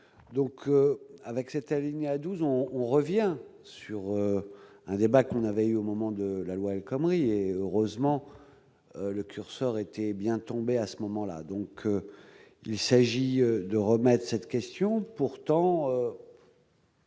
donc avec cet alinéa 12 ans on revient sur un débat qu'on avait au moment de la loi El-Khomri et heureusement le curseur était bien tomber à ce moment-là, donc il s'agit de remettre cette question pourtant.